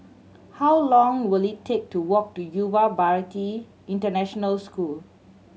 how long will it take to walk to Yuva Bharati International School